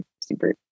Super